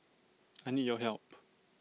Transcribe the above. I need your help